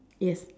yes